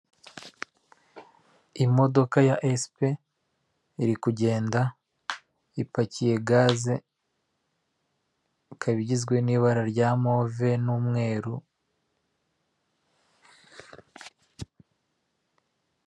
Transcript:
Imodoka ya esipe iri kugenda ipakiye gaze ikaba igizwe n'ibara rya move n'umweru .